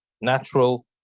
Natural